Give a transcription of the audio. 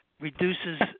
reduces